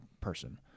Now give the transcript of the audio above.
person